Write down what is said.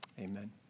Amen